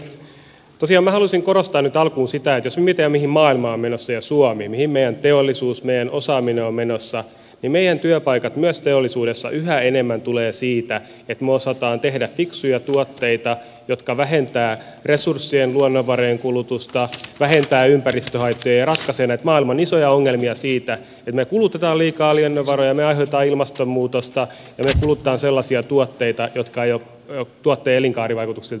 tosiaan minä haluaisin korostaa nyt alkuun sitä että jos me mietimme mihin maailma on menossa ja suomi mihin meidän teollisuus meidän osaaminen on menossa niin meidän työpaikat myös teollisuudessa yhä enemmän tulevat siitä että me osaamme tehdä fiksuja tuotteita jotka vähentävät resurssien luonnonvarojen kulutusta vähentävät ympäristöhaittoja ja ratkaisevat näitä maailman isoja ongelmia siitä että me kulutamme liikaa luonnonvaroja me aiheutamme ilmastonmuutosta ja me kulutamme sellaisia tuotteita jotka eivät ole elinkaarivaikutuksiltaan kestäviä